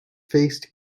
faced